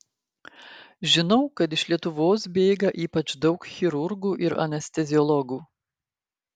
žinau kad iš lietuvos bėga ypač daug chirurgų ir anesteziologų